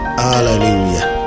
Hallelujah